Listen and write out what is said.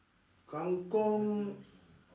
kang-kong